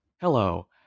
Hello